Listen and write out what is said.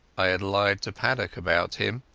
i had lied to paddock about him,